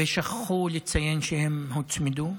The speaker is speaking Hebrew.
ושכחו לציין שהם הוצמדו.